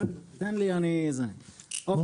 אז